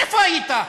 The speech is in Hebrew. איפה היית,